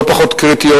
לא פחות קריטיות,